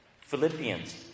Philippians